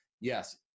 Yes